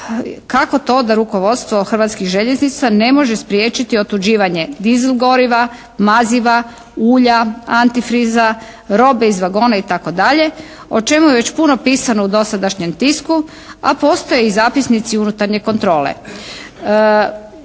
kako to da rukovodstvo Hrvatskih željeznica ne može spriječiti otuđivanje diesel goriva, maziva, ulja, anti-freez-a, robe iz vagona i tako dalje o čemu je već puno pisano u dosadašnjem tisku, a postoje i zapisnici unutarnje kontrole.